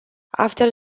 after